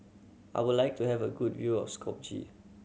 I would like to have a good view of Skopje